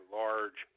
large